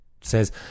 says